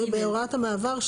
בהוראת המעבר,